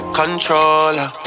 controller